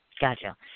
Gotcha